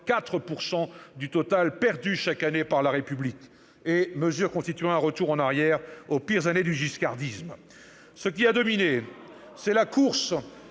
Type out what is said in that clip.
4 % du total perdu chaque année par la République. Cette mesure constitue pour nous un retour en arrière vers les pires années du giscardisme. Ce qui a dominé, c'est la course